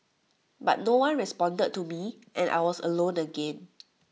but no one responded to me and I was alone again